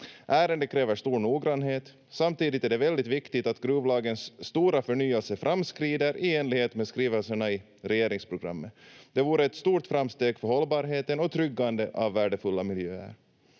Ärendet kräver stor noggrannhet. Samtidigt är det väldigt viktigt att gruvlagens stora förnyelse framskrider i enlighet med skrivelserna i regeringsprogrammet. Det vore ett stort framsteg för hållbarheten och tryggandet av värdefulla miljöer.